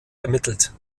ermittelt